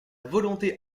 volonté